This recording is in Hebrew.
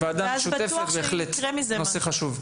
וועדה משותפת זו בהחלט אפשרות, כי זה נושא חשוב.